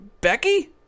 Becky